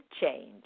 change